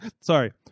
sorry